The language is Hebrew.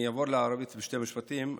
אני אעבור לערבית בשני משפטים.